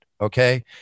okay